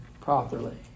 properly